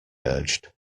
urged